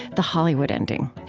the hollywood ending.